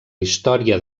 història